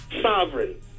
Sovereign